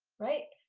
right?